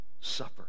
suffer